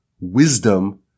wisdom